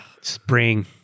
Spring